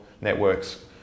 networks